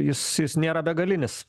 jis jis nėra begalinis